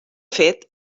fet